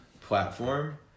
platform